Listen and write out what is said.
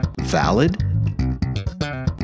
Valid